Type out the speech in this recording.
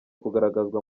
kugaragazwa